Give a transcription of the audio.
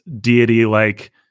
deity-like